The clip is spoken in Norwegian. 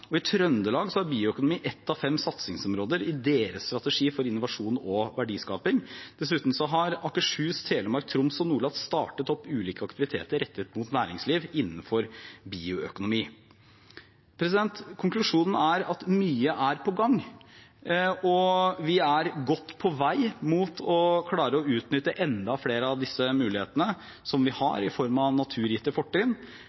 og i Trøndelag er bioøkonomi ett av fem satsingsområder i deres strategi for innovasjon og verdiskaping. Dessuten har Akershus, Telemark, Troms og Nordland startet opp ulike aktiviteter rettet mot næringsliv innenfor bioøkonomi. Konklusjonen er at mye er på gang. Vi er godt på vei mot å klare å utnytte enda flere av de mulighetene vi har i form av naturgitte fortrinn, men vi